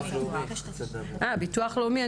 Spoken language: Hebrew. ביטוח לאומי.